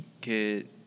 kid